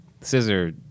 scissor